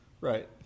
Right